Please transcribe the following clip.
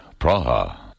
Praha